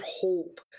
hope